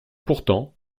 pourtant